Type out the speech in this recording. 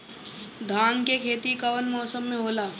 धान के खेती कवन मौसम में होला?